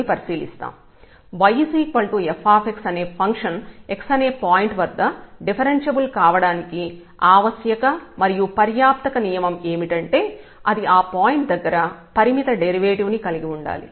yf అనే function x అనే point వద్ద డిఫరెన్ష్యబుల్ కావడానికి ఆవశ్యక మరియు పర్యాప్తక నియమం ఏమిటంటే అది ఆ పాయింట్ దగ్గర పరిమిత డెరివేటివ్ ని కలిగి ఉండాలి